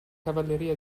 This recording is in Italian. cavalleria